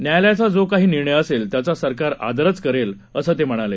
न्यायालयाचा जो काही निर्णय असेल त्याचा सरकार आदरच करेल असं ते म्हणाले